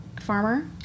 farmer